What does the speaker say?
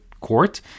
court